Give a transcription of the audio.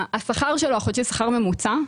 השכר שלו החודשי שכר ממוצע,